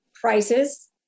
prices